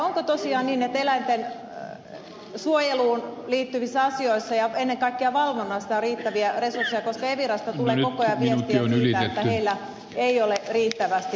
onko tosiaan niin että eläintensuojeluun liittyvissä asioissa ja ennen kaikkea valvonnassa on riittävät resurssit koska evirasta tulee koko ajan viestiä siitä että heillä ei ole riittävästi voimavaroja